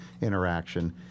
interaction